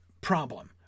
problem